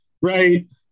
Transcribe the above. Right